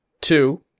Two-